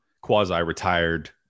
quasi-retired